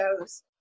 shows